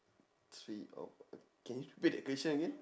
three of uh can you repeat the question again